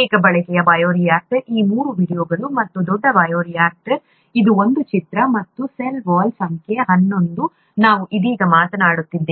ಏಕ ಬಳಕೆಯ ಬಯೋರಿಯಾಕ್ಟರ್ ಈ ಮೂರು ವೀಡಿಯೊಗಳು ಮತ್ತು ದೊಡ್ಡ ಬಯೋರಿಯಾಕ್ಟರ್ ಇದು ಒಂದು ಚಿತ್ರ ಮತ್ತು ಸೆಲ್ ವಾಲ್ ಸಂಖ್ಯೆ ಹನ್ನೊಂದನ್ನು ನಾವು ಇದೀಗ ಮಾತನಾಡುತ್ತಿದ್ದೇವೆ